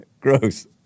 gross